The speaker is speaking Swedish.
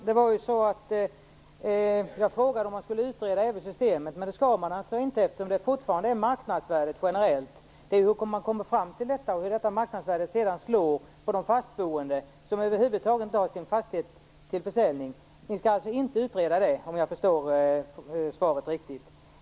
Fru talman! Jag frågade om man även skall utreda systemet. Det skall man alltså inte, eftersom det fortfarande är marknadsvärdet som skall gälla generellt. Hur man kommer fram till detta marknadsvärde och hur det sedan slår för de fastboende som över huvud taget inte tänker sälja sin fastighet skall ni alltså inte utreda, om jag förstår svaret riktigt.